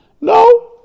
no